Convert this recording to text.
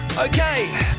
Okay